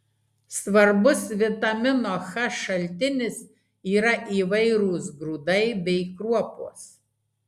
svarbus vitamino h šaltinis yra įvairūs grūdai bei kruopos